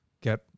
get